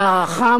ההערכה,